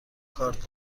کارت